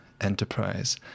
enterprise